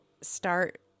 start